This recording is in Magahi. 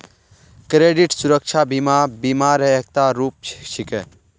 क्रेडित सुरक्षा बीमा बीमा र एकता रूप छिके